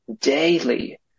daily